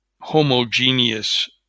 homogeneous